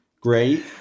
great